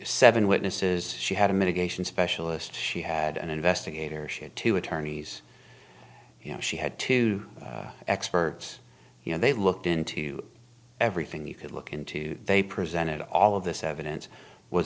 seven witnesses she had a mitigation specialist she had an investigator she had two attorneys you know she had two experts you know they looked into everything you could look into they presented all of this evidence was